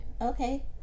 Okay